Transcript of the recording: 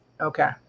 Okay